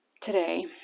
today